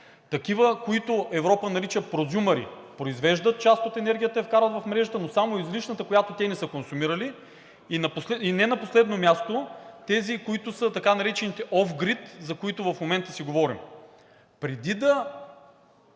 такива, които Европа нарича прозюмъри – произвеждат част от енергията и я вкарват в мрежата, но само излишната, която те не са консумирали. И не на последно място, тези, които са така наречените off-grid, за които в момента си говорим. Преди да